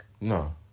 No